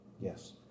Yes